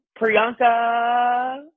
Priyanka